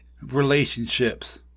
relationships